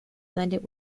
blended